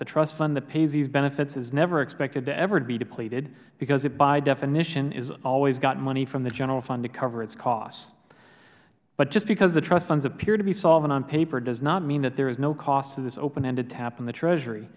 the trust fund that pays these benefits is never expected to ever be depleted because it by definition has always got money from the general fund to cover its costs but just because the trust funds appear to be solvent on paper does not mean that there is no cost to this openended tap on the treasury